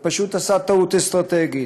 ופשוט עשה טעות אסטרטגית.